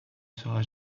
sera